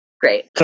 great